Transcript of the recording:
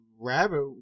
rabbit